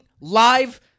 live